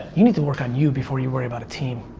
you need to work on you before you worry about a team.